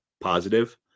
positive